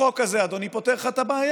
החוק הזה, אדוני, פותר לך את הבעיה.